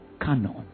Canon